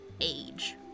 age